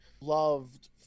loved